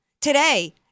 today